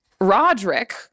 Roderick